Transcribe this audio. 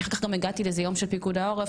אני אחר כך גם הגעתי לאיזה יום של פיקוד העורף,